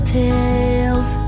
tales